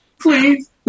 Please